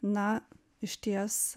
na išties